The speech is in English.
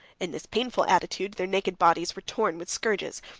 in this painful attitude their naked bodies were torn with scourges,